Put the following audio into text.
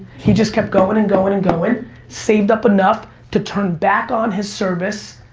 he just kept going and going and going. saved up enough to turn back on his service,